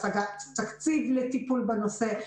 השגת תקציב לטיפול בנושא,